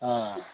ꯑꯥ